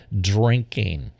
drinking